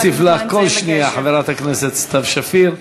אני אוסיף לך כל שנייה, חברת הכנסת סתיו שפיר.